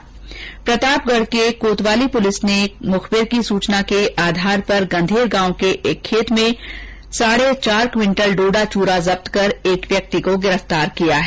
्र प्रतापगढ में कोतवाली पुलिस ने मुखबिर की सूचना पर गंधेर गांव के एक खेत में साऐ चार क्विंटल डोडा चूरा जब्त कर ऐक व्यक्ति को गिरफ्तार किया है